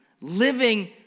living